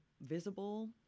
visible